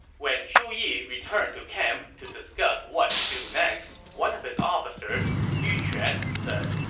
when zhu yi returned to camp to discuss what to do next, one of his officers, yu quan, said,